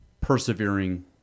persevering